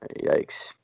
yikes